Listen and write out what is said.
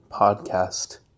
Podcast